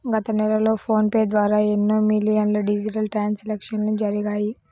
గత నెలలో ఫోన్ పే ద్వారా ఎన్నో మిలియన్ల డిజిటల్ ట్రాన్సాక్షన్స్ జరిగాయి